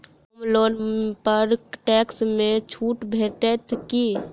होम loan पर tax मे छुट भेटत की